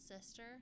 sister